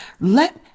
Let